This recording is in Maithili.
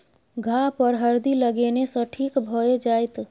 घाह पर हरदि लगेने सँ ठीक भए जाइत